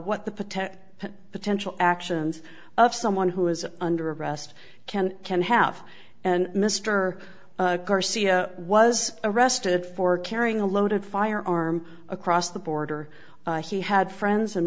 what the potential potential actions of someone who is under arrest can can have and mr garcia was arrested for carrying a loaded firearm across the border he had friends and